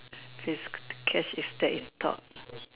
catch is that is talks